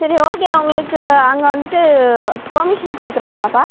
சரி ஓகே அவங்களுக்கு அங்கே வந்துவிட்டு பேர்மிஷன் கொடுக்கறாங்களாப்பா